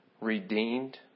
redeemed